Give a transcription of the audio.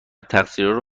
تقصیرارو